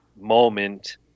moment